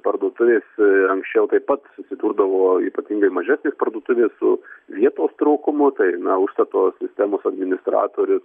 parduotuvės ir anksčiau taip pat susidurdavo ypatingai mažesnės parduotuvės su vietos trūkumu tai na užstato sistemos administratorius